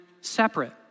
separate